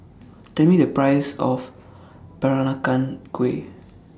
Tell Me The Price of Peranakan Kueh